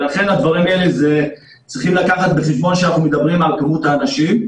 ולכן בדברים האלה צריכים לקחת בחשבון שאנחנו מדברים על כמות האנשים.